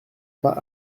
pas